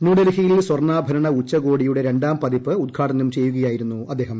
ന്യൂഡൽഹിയിൽ സ്വർണ്ണാഭരണ ഉച്ചകോടിയുടെ രണ്ടാം പതിപ്പ് ഉദ്ഘാടനം ചെയ്യുകയായിരുന്നു അദ്ദേഹം